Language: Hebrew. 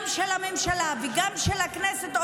גם של הממשלה וגם של הכנסת,